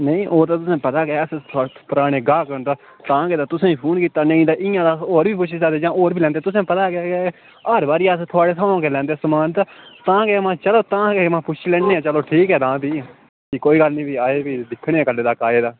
नेईं ओह् ते तुसेंगी पता गै अस थोहाड़े पराने गाह्क न तां गै ते तुसेंगी फोन कीता नेईं ते इयां तां अस होर बी पुच्छी सकदे जां होर बी लैंदे तुसेंगी पता गै ते हर बारी अस थोहाड़े थमां गै लैंदे समान ते तां गै महां चलो तां गै महां पुच्छी लैन्ने आं चलो ठीक ऐ तां फ्ही कोई गल्ल नी फ्ही आए दिक्खने फ्ही कल्लै तक आए तां